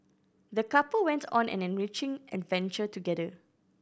the couple went on an enriching adventure together